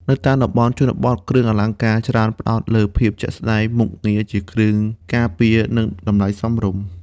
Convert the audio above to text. នៅតាមតំបន់ជនបទ គ្រឿងអលង្ការច្រើនផ្តោតលើភាពជាក់ស្តែង មុខងារជាគ្រឿងការពារ និងតម្លៃសមរម្យ។